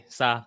sa